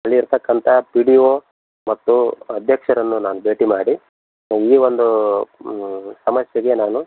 ಅಲ್ಲಿ ಇರತಕ್ಕಂಥ P D O ಮತ್ತು ಅಧ್ಯಕ್ಷರನ್ನು ನಾನು ಭೇಟಿ ಮಾಡಿ ಈ ಒಂದು ಸಮಸ್ಯೆಗೆ ನಾನು